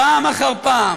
פעם אחר פעם,